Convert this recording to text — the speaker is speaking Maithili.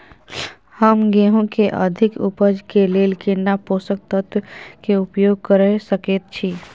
हम गेहूं के अधिक उपज के लेल केना पोषक तत्व के उपयोग करय सकेत छी?